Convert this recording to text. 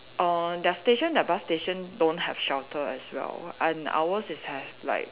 err their station their bus station don't have shelter as well and ours it's have like